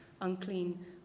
unclean